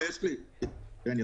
הצבעה